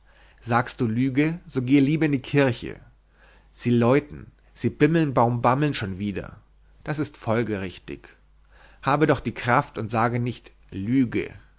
sagst du lüge so gehe lieber in die kirche sie läuten sie bimmeln baum bammeln schon wieder das ist folgerichtig habe doch die kraft und sage nicht lüge